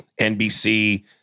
NBC